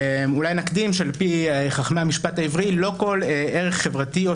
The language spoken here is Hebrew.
אולי נקדים שעל פי חכמי המשפט העברי לא כל ערך חברתי או